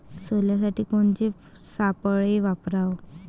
सोल्यासाठी कोनचे सापळे वापराव?